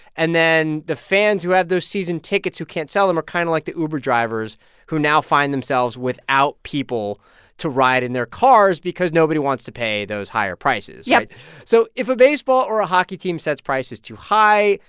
and then the fans who had those season tickets who can't sell them are kind of like the uber drivers who now find themselves without people to ride in their cars because nobody wants to pay those higher prices yeah so if a baseball or a hockey team sets prices too high,